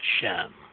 sham